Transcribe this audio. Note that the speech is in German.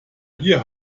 hier